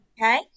Okay